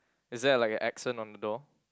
is there like a accent on the door